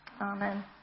Amen